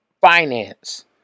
finance